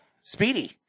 Speedy